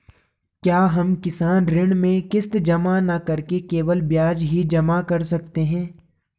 क्या हम किसान ऋण में किश्त जमा न करके केवल ब्याज ही जमा कर सकते हैं?